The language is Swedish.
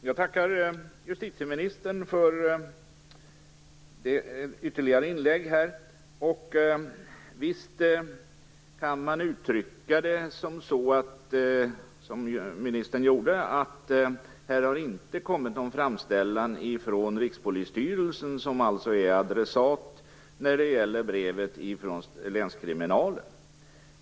Fru talman! Jag tackar justitieministern för ytterligare inlägg. Visst kan man uttrycka det som ministern gjorde, dvs. att det inte har kommit någon framställan från Rikspolisstyrelsen, som alltså är adressat när det gäller brevet från länskriminalen.